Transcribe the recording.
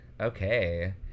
Okay